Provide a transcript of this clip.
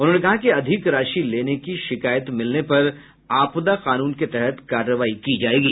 उन्होंने कहा कि अधिक राशि लेने की शिकायत मिलने पर आपदा कानून के तहत कार्रवाई की जायेगी